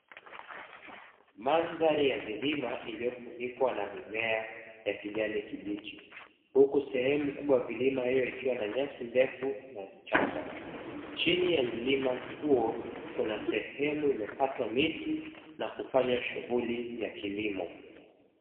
Mandhari ya vilima iliyofunikwa na mimea ya kijani kibichi, huku sehemu kubwa vilima hiyo ikiwa na nyasi ndefu na vichaka chini ya mlima huo kuna sehemu imekatwa miti na kufanya shughuli ya kilimo.